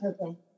Okay